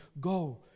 go